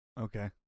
Okay